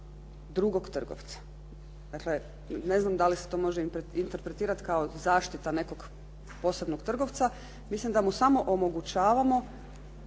drugog trgovca. Dakle, ne znam da li se to može interpretirati kao zaštita nekog posebnog trgovca. Mislim da mu samo omogućavamo